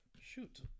shoot